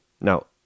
Now